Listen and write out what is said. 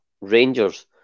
Rangers